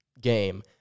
game